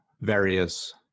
various